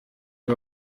iyo